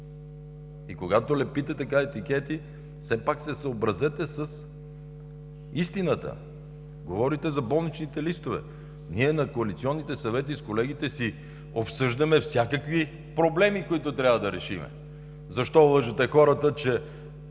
И когато лепите така етикети, все пак се съобразете с истината. Говорите за болничните листове. Ние на коалиционните съвети с колегите си обсъждаме всякакви проблеми, които трябва да решим. Защо лъжете хората, че